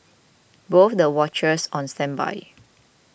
both the watchers on standby